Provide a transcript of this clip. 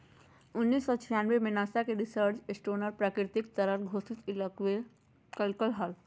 उन्नीस सौ छियानबे में नासा के रिचर्ड स्टोनर प्राकृतिक तरल घोषित कइलके हल